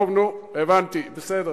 הבנתי, בסדר.